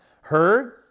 heard